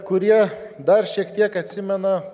kurie dar šiek tiek atsimena